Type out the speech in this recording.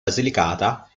basilicata